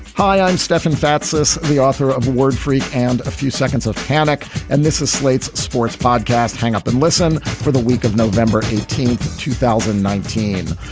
hi i'm stefan fatsis the author of word freak and a few seconds of panic and this is slate's sports podcast hang up and listen for the week of november eighteenth two thousand and nineteen.